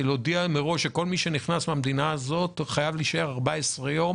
להודיע מראש שכל מי שנכנס מהמדינה הזאת חייב להישאר 14 יום